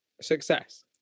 success